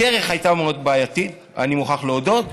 הדרך הייתה מאוד בעייתית, אני מוכרח להודות,